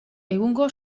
egungo